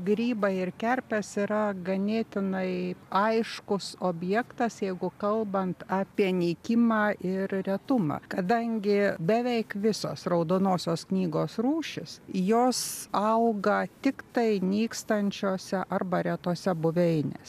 grybai ir kerpės yra ganėtinai aiškus objektas jeigu kalbant apie nykimą ir retumą kadangi beveik visos raudonosios knygos rūšys jos auga tiktai nykstančiose arba retose buveinėse